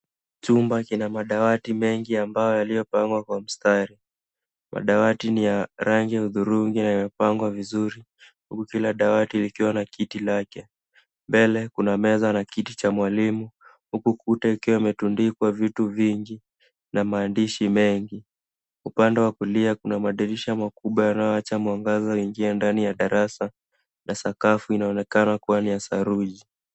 Chumba kina madawati mengi ambayo yaliyopangwa kwa mstari. Madawati ni ya rangi ya hudhurungi, yanayopangwa vizuri, huku kila dawati likiwa na kiti lake. Mbele kuna meza na kiti cha mwalimu, huku kuta ikiwa imetundikwa vitu vingi na maandishi mengi. Upande wa kulia kuna madirisha makubwa yanayowacha mwangaza uingie ndani ya darasa na sakafu inaonekana kuwa ni ya saruji.